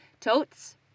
totes